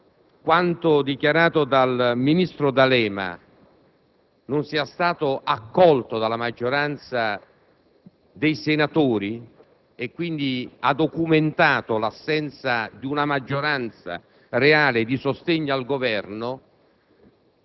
quanto dichiarato dal ministro D'Alema non sia stato accolto dalla maggioranza dei senatori, documentando così l'assenza di una maggioranza reale di sostegno al Governo,